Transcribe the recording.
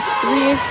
three